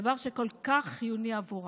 דבר שכל כך חיוני עבורם.